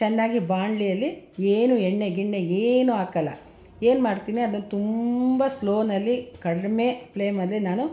ಚೆನ್ನಾಗಿ ಬಾಣಲಿಯಲ್ಲಿ ಏನು ಎಣ್ಣೆ ಗಿಣ್ಣೆ ಏನೂ ಹಾಕೋಲ್ಲ ಏನ್ಮಾಡ್ತೀನಿ ಅದನ್ನ ತುಂಬ ಸ್ಲೋನಲ್ಲಿ ಕಡಿಮೆ ಫ್ಲೇಮಲ್ಲಿ ನಾನು